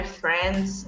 friends